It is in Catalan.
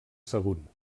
sagunt